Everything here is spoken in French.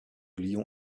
lyon